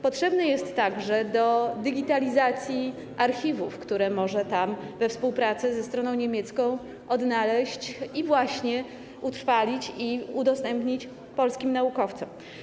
Potrzebna jest także do digitalizacji archiwów, które może tam, we współpracy ze stroną niemiecką, odnaleźć oraz utrwalić i udostępnić polskim naukowcom.